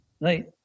right